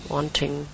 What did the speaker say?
Wanting